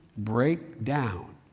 break down,